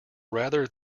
rather